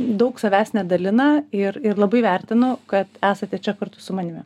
daug savęs nedalina ir ir labai vertinu kad esate čia kartu su manimi